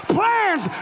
plans